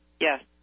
Yes